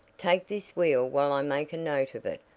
take this wheel while i make a note of it.